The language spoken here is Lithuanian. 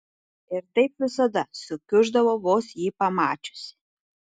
ir taip visada sukiuždavo vos jį pamačiusi